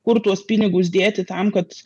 kur tuos pinigus dėti tam kad